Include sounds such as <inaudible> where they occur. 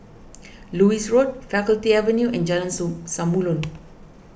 Lewis Road Faculty Avenue and Jalan <noise> Samulun